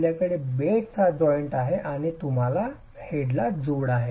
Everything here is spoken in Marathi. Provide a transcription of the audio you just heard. आपल्याकडे बेडचा जॉइंट आहे आणि तुमच्या हेडला जोड आहे